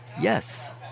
yes